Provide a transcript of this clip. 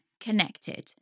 connected